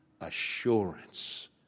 assurance